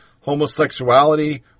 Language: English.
homosexuality